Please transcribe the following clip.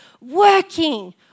working